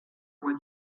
rois